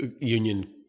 union